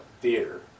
theater